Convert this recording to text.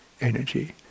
energy